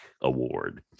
award